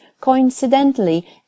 coincidentally